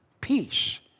peace